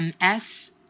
Ms